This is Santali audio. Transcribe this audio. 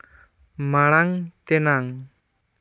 ᱢᱟᱬᱟᱝ ᱛᱮᱱᱟᱝ